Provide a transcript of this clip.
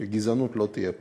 שגזענות לא תהיה פה.